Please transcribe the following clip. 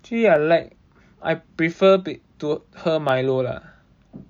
actually I like I prefer to 喝 Milo lah